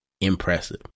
impressive